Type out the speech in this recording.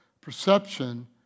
perception